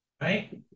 right